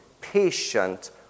patient